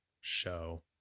show